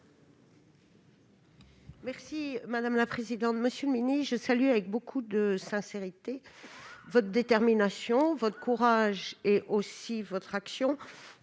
explication de vote. Monsieur le ministre, je salue avec beaucoup de sincérité vote détermination, votre courage et aussi votre action